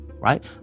Right